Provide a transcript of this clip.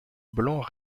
blanc